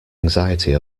anxiety